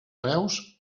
reus